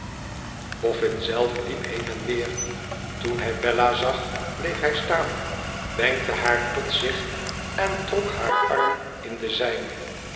boffin zelf liep heen en weer toen hij bella zag bleef hij staan wenkte haar tot zich en trok haar arm in den zijnen